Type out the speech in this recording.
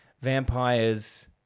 vampires